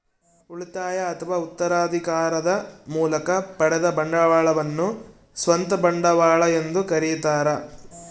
ಉಳಿತಾಯ ಅಥವಾ ಉತ್ತರಾಧಿಕಾರದ ಮೂಲಕ ಪಡೆದ ಬಂಡವಾಳವನ್ನು ಸ್ವಂತ ಬಂಡವಾಳ ಎಂದು ಕರೀತಾರ